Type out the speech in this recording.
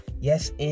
Yes